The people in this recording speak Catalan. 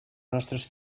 nostres